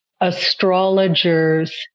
astrologers